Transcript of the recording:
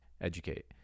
educate